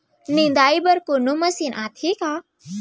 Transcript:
निंदाई बर कोनो मशीन आथे का?